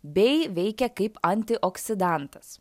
bei veikia kaip antioksidantas